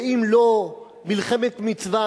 ואם לא מלחמת מצווה,